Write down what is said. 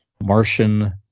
Martian